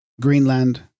Greenland